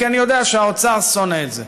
כי אני יודע שהאוצר שונא את זה.